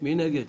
מי נגד?